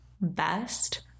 best